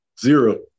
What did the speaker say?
zero